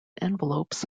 envelopes